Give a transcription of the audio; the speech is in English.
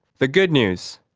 the good news,